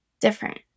different